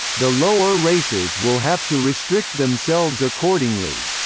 the lower races will have to restrict themselves accordingly.